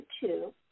two